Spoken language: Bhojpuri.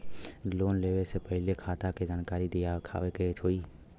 लोन लेवे से पहिले अपने खाता के जानकारी दिखावे के होई?